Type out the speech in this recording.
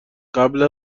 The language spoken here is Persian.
قبل